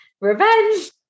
revenge